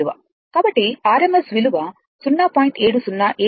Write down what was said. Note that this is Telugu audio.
కాబట్టి rms విలువ విలువ 0